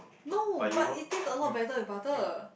no but it taste a lot better with butter